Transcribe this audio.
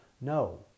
No